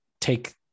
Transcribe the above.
take